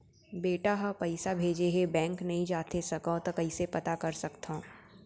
बेटा ह पइसा भेजे हे बैंक नई जाथे सकंव त कइसे पता कर सकथव?